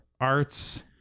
Arts